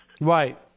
Right